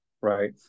right